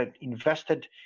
invested